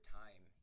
time